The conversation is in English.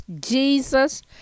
Jesus